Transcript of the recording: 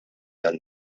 dan